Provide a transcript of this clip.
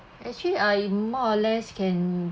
actually I more or less can